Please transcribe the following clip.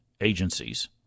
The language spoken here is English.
agencies